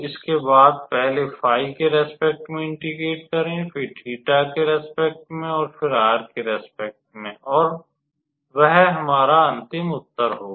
इसके बाद पहले 𝜑 के प्रति इंटेग्रेट करें फिर 𝜃 के प्रति और फिर r के प्रति और वह हमारा अंतिम उत्तर होगा